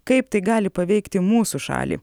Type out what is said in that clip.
kaip tai gali paveikti mūsų šalį